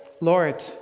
Lord